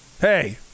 hey